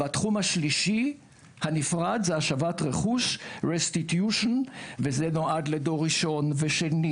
התחום השלישי הנפרד זה השבת רכוש וזה נועד לדור ראשון ושני,